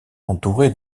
entourée